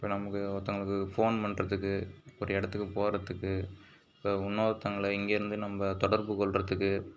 இப்போ நமக்கு ஒருத்தங்களுக்கு ஃபோன் பண்றதுக்கு ஒரு இடத்துக்கு போகிறதுக்கு இப்போ இன்னோருத்தவுங்கள இங்கேருந்து நம்ம தொடர்பு கொள்கிறதுக்கு